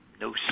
no